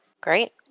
Great